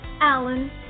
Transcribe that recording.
Alan